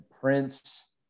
Prince